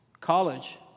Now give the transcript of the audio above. college